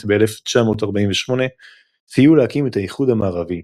ב-1948 סייעו להקים את האיחוד המערבי,